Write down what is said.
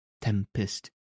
tempest